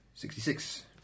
Sixty-six